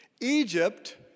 Egypt